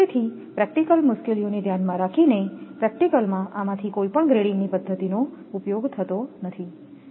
તેથીપ્રેક્ટિકલ મુશ્કેલીઓને ધ્યાનમાં રાખીને પ્રેક્ટિકલમાં આમાંથી કોઈપણ ગ્રેડિંગની પદ્ધતિઓનો ઉપયોગ થતો નથી